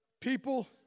People